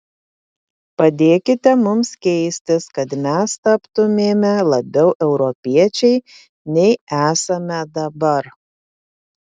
padėkite mums keistis kad mes taptumėme labiau europiečiai nei esame dabar